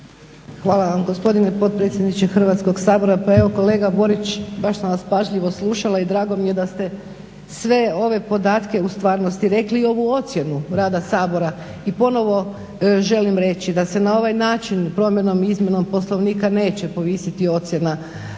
Hvala vam gospodine potpredsjedniče Hrvatskog sabora. Pa evo kolega Borić baš sam vas pažljivo slušala i drago mi je da ste sve ove podatke u stvarnosti rekli i ovu ocjenu rada Sabora i ponovno želim reći da se na ovaj način promjenom i izmjenom Poslovnika neće povisiti ocjena